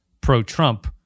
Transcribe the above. pro-Trump